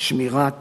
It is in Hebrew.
שמירת